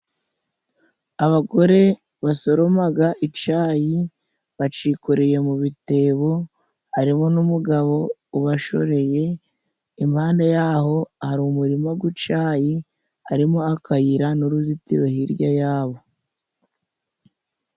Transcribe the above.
Abagore basoromaga icayi bacikoreye mu bitebo harimo n'umugabo ubashoreye, impande yaho hari umurima gw'icayi harimo akayira n'uruzitiro hirya yabo.